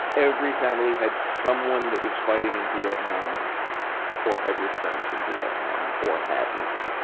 every family had someone that was fighting in vietnam or had returned from vietnam or hadn't.